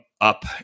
up